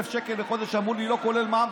שקל לחודש ואמרו לי "לא כולל מע"מ",